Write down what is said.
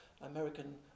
American